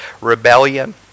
rebellion